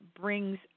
brings